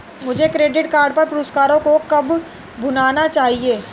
मुझे credit card पर पुरस्कारों को कब भुनाना चाहिए?